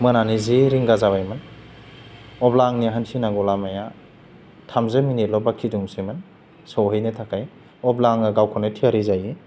मोनानि जि रिंगा जाबायमोन अब्ला आंनि हान्थिनांगौ लामाया थामजि मिनिटल' बाखि दंसैमोन सहैनो थाखाय अब्ला आङो गावखौनो थियारि जायो